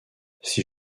six